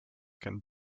can